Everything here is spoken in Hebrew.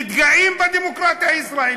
מתגאים בדמוקרטיה הישראלית.